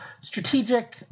strategic